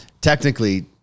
technically